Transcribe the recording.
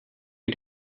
wir